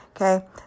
okay